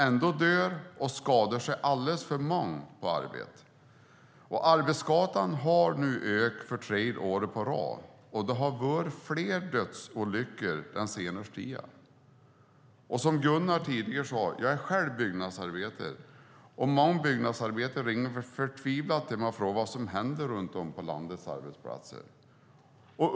Ändå dör och skadar sig alldeles för många på arbetet. Arbetsskadorna har nu ökat för tredje året i rad, och det har varit flera dödsolyckor den senaste tiden. Jag är själv byggnadsarbetare, och många byggnadsarbetare ringer förtvivlade till mig och frågar vad som händer runt om på landets arbetsplatser.